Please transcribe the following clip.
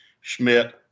Schmidt